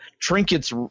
trinkets